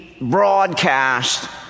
broadcast